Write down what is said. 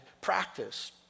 practice